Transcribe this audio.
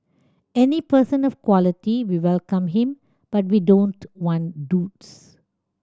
any person of quality we welcome him but we don't want duds